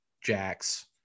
Jacks